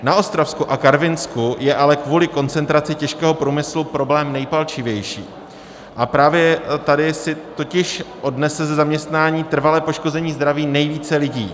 Na Ostravsku a Karvinsku je ale kvůli koncentraci těžkého průmyslu problém nejpalčivější a právě tady si totiž odnese ze zaměstnání trvalé poškození zdraví nejvíce lidí.